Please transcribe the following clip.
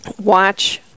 watch